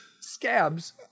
scabs